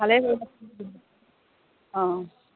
ভালেই অ